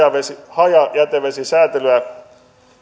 hajajätevesisäätelyä